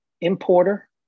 importer